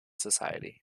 society